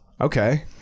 okay